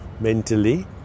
mentally